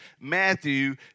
Matthew